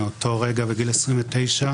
מאותו רגע, בגיל 29,